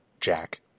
jack